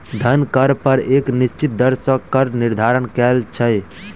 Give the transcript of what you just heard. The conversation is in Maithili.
धन कर पर एक निश्चित दर सॅ कर निर्धारण कयल छै